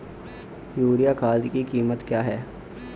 Urea खाद की कीमत क्या है?